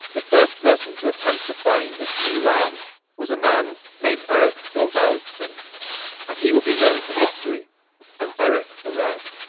the first person to attempt to find this new land was a man named erik thorvaldsson and he would be known to history as erik the red.